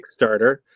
Kickstarter